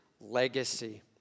legacy